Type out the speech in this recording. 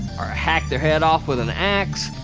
or hack their head off with an ax,